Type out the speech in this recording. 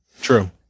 true